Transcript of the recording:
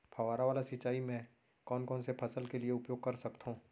फवारा वाला सिंचाई मैं कोन कोन से फसल के लिए उपयोग कर सकथो?